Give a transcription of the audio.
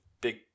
big